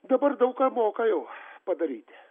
dabar daug ką moka jau padaryti